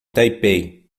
taipei